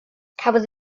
cafodd